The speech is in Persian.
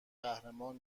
قهرمان